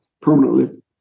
permanently